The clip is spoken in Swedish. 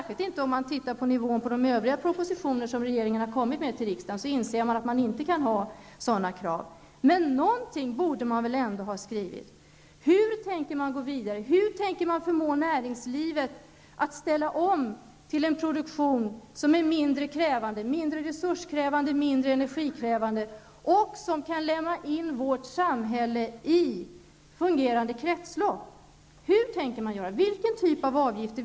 Om man tittar på nivån på de övriga propositioner som regeringen har kommit med till riksdagen, inser man att man inte kan ha sådana krav. Men någonting borde man väl ändå ha skrivit. Hur tänker man gå vidare? Hur tänker man förmå näringslivet att ställa om till en produktion som är mindre krävande när det gäller energi och resurser och som kan lämma in vårt samhälle i ett fungerande kretslopp? Vilken typ av avgifter tänker man ha?